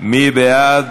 מי בעד?